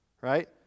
Right